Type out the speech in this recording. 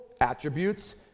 attributes